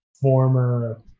former